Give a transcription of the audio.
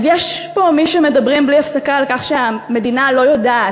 אז יש פה מי שמדברים בלי הפסקה על כך שהמדינה "לא יודעת",